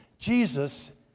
Jesus